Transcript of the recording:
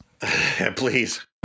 Please